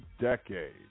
Decade